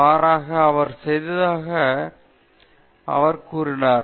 மாறாக அவர் செய்ததாக அவர் கூறினார்